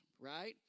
right